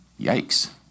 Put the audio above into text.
Yikes